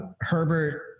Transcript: Herbert